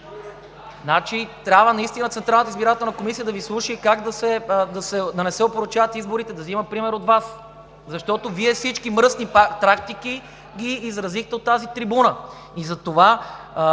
трябва наистина Централната избирателна комисия да Ви слуша как да не се опорочават изборите, да взима пример от Вас. Защото Вие всички мръсни практики ги изразихте от тази трибуна.